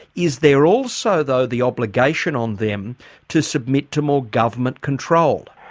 is there also though the obligation on them to submit to more government control?